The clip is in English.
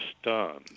stunned